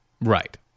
Right